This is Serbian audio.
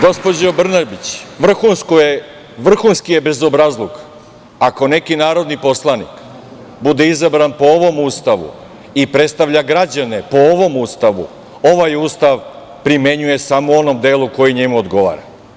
Gospođo Brnabić, vrhunski je bezobrazluk ako neki narodni poslanik bude izabran po ovom Ustavu i predstavlja građane po ovom Ustavu, ovaj Ustav primenjuje samo u onom delu koji samo njemu odgovara.